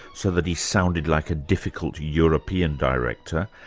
so that he sounded like a difficult european director,